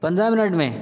پندرہ منٹ میں